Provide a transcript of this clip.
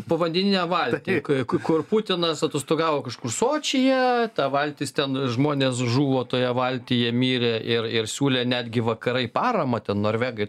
povandeninę valtį kur putinas atostogavo kažkur sočyje ta valtis ten žmonės žuvo toje valtyje mirė ir ir siūlė netgi vakarai paramą ten norvegai